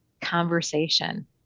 conversation